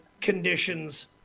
conditions